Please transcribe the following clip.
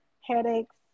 headaches